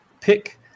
pick